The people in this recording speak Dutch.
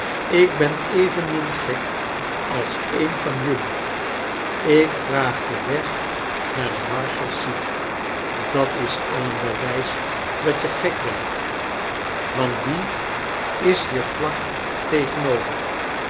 ik ben evenmin gek als eon van jullie ik vraag den weg naar de marshalsea dat is al een bewijs dat je gek bent want die is hier vlak tegenover